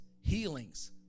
healings